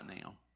now